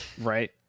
Right